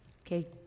okay